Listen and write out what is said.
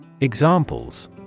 Examples